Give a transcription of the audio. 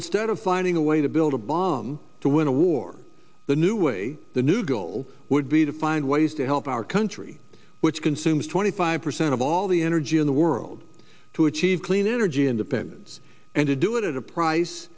instead of finding a way to build a bomb to win a war the new way the new goal would be to find ways to help our country which consumes twenty five percent of all the energy in the world to achieve clean energy independence and to do it at a price